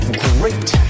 great